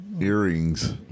Earrings